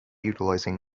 utilizing